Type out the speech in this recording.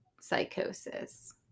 psychosis